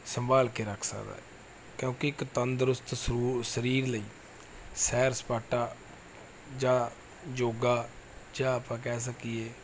ਸੰਭਾਲ ਕੇ ਰੱਖ ਸਕਦਾ ਕਿਉਂਕਿ ਇੱਕ ਤੰਦਰੁਸਤ ਸਰੂਰ ਸਰੀਰ ਲਈ ਸੈਰ ਸਪਾਟਾ ਜਾਂ ਯੋਗਾ ਜਾਂ ਆਪਾਂ ਕਹਿ ਸਕੀਏ